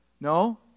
No